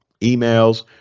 emails